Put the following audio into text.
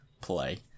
play